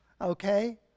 okay